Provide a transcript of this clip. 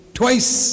twice